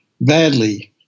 badly